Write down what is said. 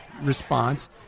response